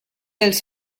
els